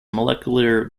molecular